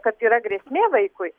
kad yra grėsmė vaikui